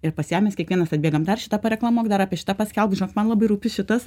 ir pas ją mes kiekvienas atbėgam dar šitą padeklamuok dar apie šitą paskelbk žinok man labai rūpi šitas